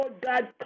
God